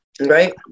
Right